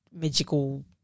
magical